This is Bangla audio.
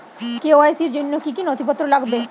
কে.ওয়াই.সি র জন্য কি কি নথিপত্র লাগবে?